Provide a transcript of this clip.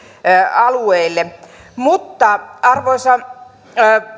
alueille arvoisa